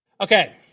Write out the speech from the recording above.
Okay